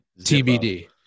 TBD